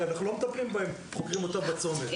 אנחנו לא מטפלים בהם וחוקרים אותם בצומת.